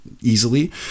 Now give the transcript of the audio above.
easily